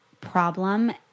problem